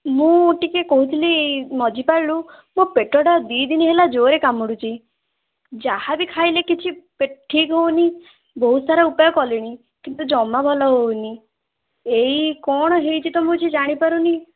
ମୁଁ ଟିକିଏ କହୁଥିଲି ମଝିପାଲରୁ ମୋ ପେଟଟା ଦୁଇ ଦିନ ହେଲା ଜୋର୍ରେ କାମୁଡ଼ୁଛି ଯାହା ବି ଖାଇଲେ କିଛି ଠିକ୍ ହେଉନି ବହୁତ ସାରା ଉପାୟ କଲେଣି କିନ୍ତୁ ଜମା ଭଲ ହେଉନି ଏଇ କ'ଣ ହେଇଛି ତ ମୁଁ କିଛି ଜାଣିପାରୁନି